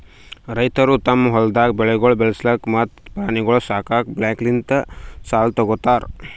ರೈತುರು ತಮ್ ಹೊಲ್ದಾಗ್ ಬೆಳೆಗೊಳ್ ಬೆಳಸಾಕ್ ಮತ್ತ ಪ್ರಾಣಿಗೊಳ್ ಸಾಕುಕ್ ಬ್ಯಾಂಕ್ಲಿಂತ್ ಸಾಲ ತೊ ಗೋತಾರ್